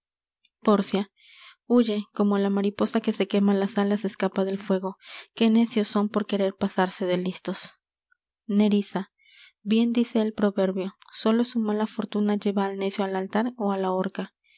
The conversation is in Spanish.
pórcia huye como la mariposa que se quema las alas escapa del fuego qué necios son por querer pasarse de listos nerissa bien dice el proverbio sólo su mala fortuna lleva al necio al altar ó á la horca